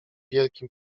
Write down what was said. wielkim